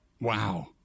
Wow